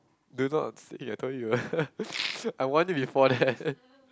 do not sing I told you I warn you before that